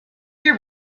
your